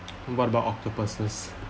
what about octopuses